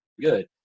good